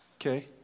Okay